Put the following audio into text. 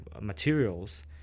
materials